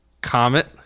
Comet